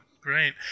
Great